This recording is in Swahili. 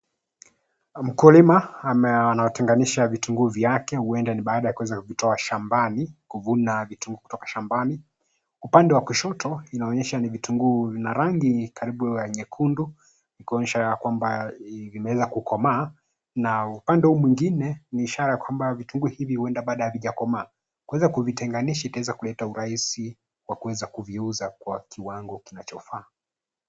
Mkulima anatenganisha vitunguu vyake, huenda ni baada ya kuweza kuvitoa shambani, kuvuna vitunguu kutoka shambani. Upande wa kushoto inaonyesha ni vitunguu vina rangi karibu ya nyekundu, kuonyesha ya kwamba vimeweza kukomaa na upande huu mwingine, ni ishara kwamba vitunguu hivi huenda bado havijakomaa. Kuweza kuvitenganisha itaweza kuleta urahisi, wa kuweza kuviuza kwa kiwango kinachofaa.